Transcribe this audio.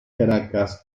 caracas